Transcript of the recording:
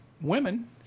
women